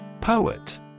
Poet